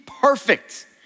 perfect